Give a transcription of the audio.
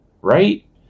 right